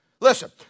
Listen